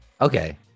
okay